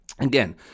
Again